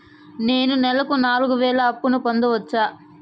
నేను నెలకు నాలుగు వేలు అప్పును పొందొచ్చా?